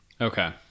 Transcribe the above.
Okay